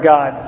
God